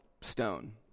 stone